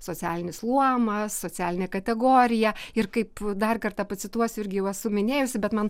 socialinis luomas socialinė kategorija ir kaip dar kartą pacituosiu irgi jau esu minėjusi bet man